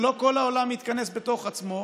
שלא כל העולם מתכנס בתוך עצמו,